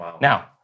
Now